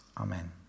Amen